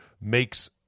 makes